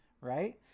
right